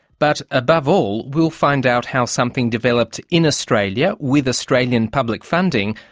but above all, we'll find out how something developed in australia, with australian public funding,